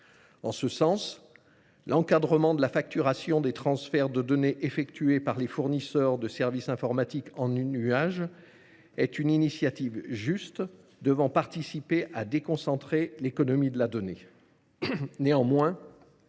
En ce sens, l’encadrement de la facturation des transferts de données effectués par les fournisseurs de services d’informatique en nuage est une mesure juste qui doit contribuer à déconcentrer l’économie de la donnée.